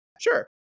sure